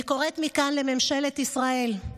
אני קוראת מכאן לממשלת ישראל: